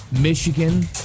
Michigan